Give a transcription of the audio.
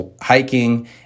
hiking